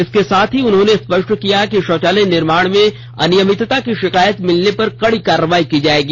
इसके साथ ही उन्होंने स्पष्ट किया कि शौचालय निर्माण में अनियमितता की शिकायत मिलने पर कड़ी कारवाई की जायेगी